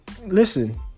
Listen